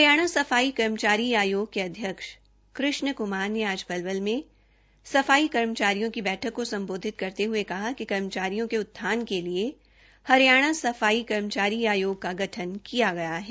हरियाणा सफाई कर्मचारी आयोग के अध्यक्ष कृष्ण क्मार ने आज पलवल में सफाई कर्मचारियों की बैठक को संबोधित करते हुए कहा कि कर्मचारियों के उत्थान के लिए हरियाणा सफाई कर्मचारी आयोग का गठन किया है